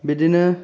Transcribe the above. बिदिनो